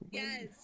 yes